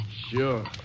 Sure